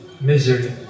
misery